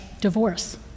divorce